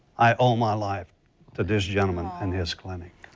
i owe my life to this gentleman and his clinic.